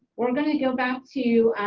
we're gonna go back to